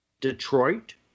Detroit